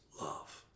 love